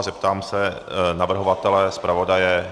Zeptám se navrhovatele i zpravodaje.